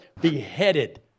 beheaded